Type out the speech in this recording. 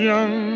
Young